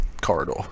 corridor